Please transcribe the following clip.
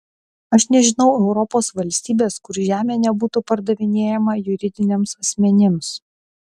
aš nežinau europos valstybės kur žemė nebūtų pardavinėjama juridiniams asmenims